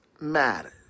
matters